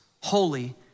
holy